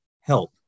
help